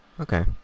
Okay